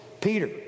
Peter